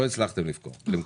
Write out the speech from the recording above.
לא הצלחתם למכור.